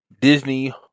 Disney